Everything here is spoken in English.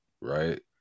right